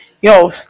Yo